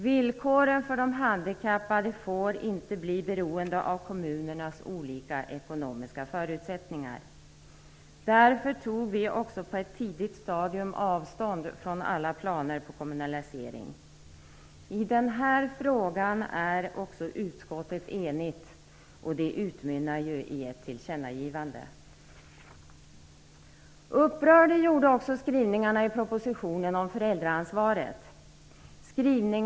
Villkoren för de handikappade får inte bli beroende av kommunernas olika ekonomiska förutsättningar. Därför tog vi också på ett tidigt stadium avstånd från alla planer på kommunalisering. I denna fråga är också utskottet enigt, och det utmynnar ju i ett tillkännagivande. Också skrivningarna i propositionen om föräldraansvaret upprörde.